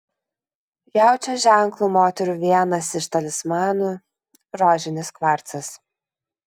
jaučio ženklo moterų vienas iš talismanų rožinis kvarcas